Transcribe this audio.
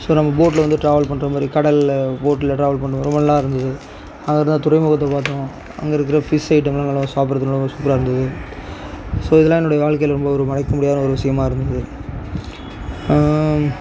so நம்ம போட்டில வந்து ட்ராவல் பண்ற மாரி கடலில் போட்டில ட்ராவல் பண்ணும்போது நல்லா இருந்துது அதற்கப்பறம் துறைமுகத்தை பார்த்தோம் அங்கே இருக்கிற ஃபிஷ் ஐட்டங்கள்லாம் நல்லா சாப்பிடுறத்துக்கு நல்லா சூப்பராக இருந்துது ஸோ இதெல்லாம் என்னுடைய வாழ்க்கையில் ரொம்ப ஒரு மறக்க முடியாத ஒரு விஷியமாக இருந்துது